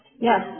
Yes